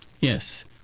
Yes